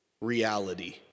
reality